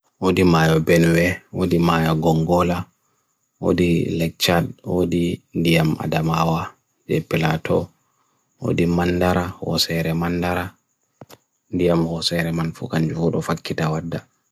Odi maio benwe, odi maio gongola, odi legchad, odi diam adam awa, de pelato, odi mandara, osehre mandara, diam osehre man fukan jhul ofakita wada.